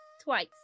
twice